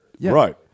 Right